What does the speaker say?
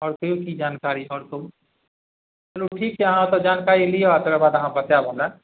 आओर कहिऔ कि जानकारी आओर कहू चलू ठीक छै अहाँ ओतऽ जानकारी लिअऽ तकर बाद अहाँ बताएब हमरा